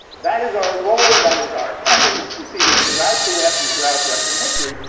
that is our role. that is our essence. you see this throughout the west and throughout western history.